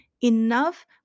Enough